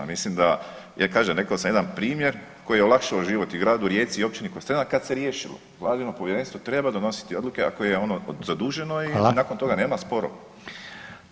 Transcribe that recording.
Mislim da, jer kažem, rekao sam jedan primjer koji je olakšao život i gradu Rijeci i općini Kostrena, kad se riješilo, Vladino Povjerenstvo treba donositi odluke ako je ono zaduženo i [[Upadica: Hvala.]] nakon toga nema sporova.